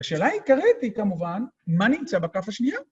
השאלה העיקרית היא כמובן, מה נמצא בכף השנייה?